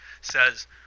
says